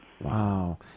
Wow